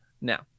now